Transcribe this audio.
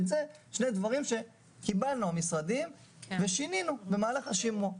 אלה שני דברים שקיבלנו במשרדים ושינינו במהלך השימוע.